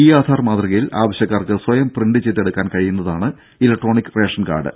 E Aadhaar മാതൃകയിൽ ആവശ്യക്കാർക്ക് സ്വയം പ്രിന്റ് ചെയ്ത് എടുക്കാൻ കഴിയുന്നതാണ് ഇലക്ട്രോണിക് റേഷൻകാർഡ്